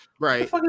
right